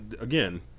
again